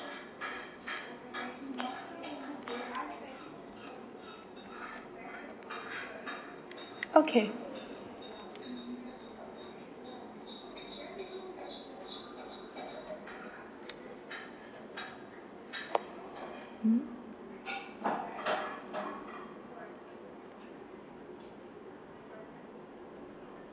okay mmhmm